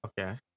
okay